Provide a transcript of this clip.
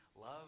love